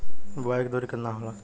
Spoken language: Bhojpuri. बुआई के दूरी केतना होला?